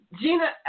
Gina